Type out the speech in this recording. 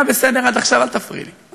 היה בסדר עד עכשיו, אל תפריעי לי.